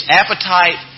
appetite